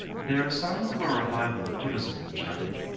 there are signs of a revival of buddhism in china.